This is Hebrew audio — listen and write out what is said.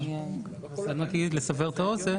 אני רק אגיד לסבר את האוזן.